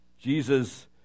Jesus